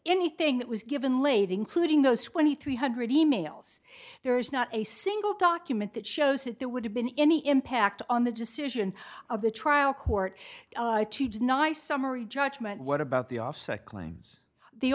anything that was given late including those twenty three hundred e mails there is not a single document that shows that there would have been any impact on the decision of the trial court to deny summary judgment what about the